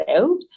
out